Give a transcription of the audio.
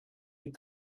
die